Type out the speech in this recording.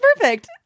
perfect